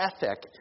ethic